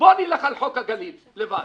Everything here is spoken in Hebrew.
בוא נלך על חוק הגליל לבד.